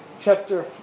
chapter